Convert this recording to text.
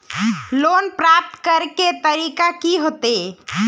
Loan प्राप्त करे के तरीका की होते?